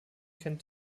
kennt